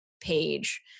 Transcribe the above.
page